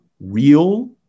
real